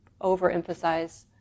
overemphasize